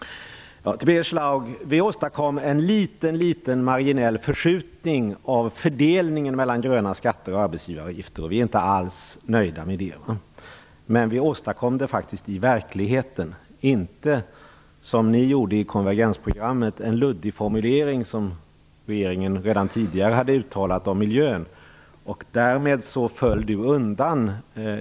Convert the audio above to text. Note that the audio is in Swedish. Birger Schlaug! Vi åstadkom en liten, liten marginell förskjutning av fördelningen mellan gröna skatter och arbetsgivaravgifter, och vi är inte alls nöjda med det. Men vi åstadkom det faktiskt i verkligheten, medan ni i konvergensprogrammet åstadkom en luddig formulering som regeringen redan tidigare hade uttalat om miljön, och därmed föll det ju undan.